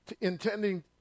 Intending